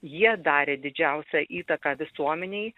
jie darė didžiausią įtaką visuomenei